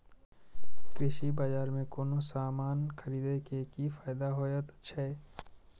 कृषि बाजार में कोनो सामान खरीदे के कि फायदा होयत छै?